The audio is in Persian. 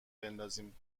بندازیم